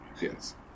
Yes